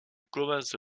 commence